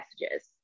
messages